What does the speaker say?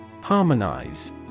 Harmonize